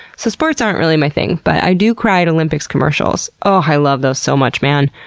so sports aren't really my thing, but i do cry at olympics commercials. oh, i love those so much man.